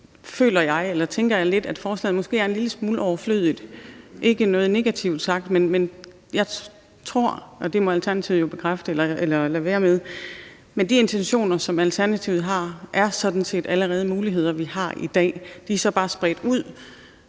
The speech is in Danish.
Så egentlig tænker jeg lidt, at forslaget måske er en lille smule overflødigt, ikke negativt sagt, men jeg tror – det må Alternativet jo bekræfte eller afkræfte – at de intentioner, som Alternativet har, sådan set allerede er muligheder, vi har i dag. De er så bare spredt ud,